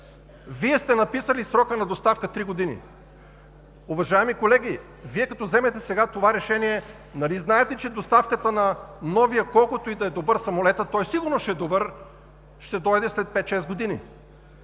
Вие сте написали срока на доставка – три години. Уважаеми колеги, като вземете сега това решение, нали знаете, че доставката на новия, колкото и да е добър самолетът, той сигурно ще е добър, ще е след пет-шест години!